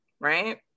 Right